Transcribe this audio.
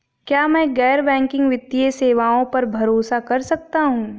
क्या मैं गैर बैंकिंग वित्तीय सेवाओं पर भरोसा कर सकता हूं?